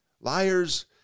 Liars